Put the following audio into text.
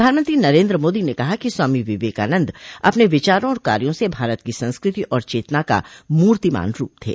प्रधानमंत्री नरेन्द्र मादी ने कहा है कि स्वामी विवेकानंद अपने विचारों और कार्यों से भारत की संस्कृति और चेतना का मूर्तिमान रूप थे